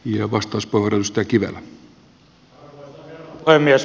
näinhän asia tänään täällä oli